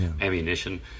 ammunition